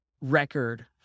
record